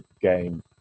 game